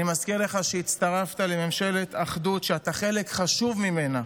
אני מזכיר לך שהצטרפת לממשלת אחדות שאתה חלק חשוב ממנה.